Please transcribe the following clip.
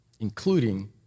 including